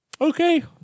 Okay